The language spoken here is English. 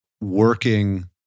working